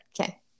Okay